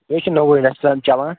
یہِ چھُ نوٚوٕ رٮ۪تھ چَلان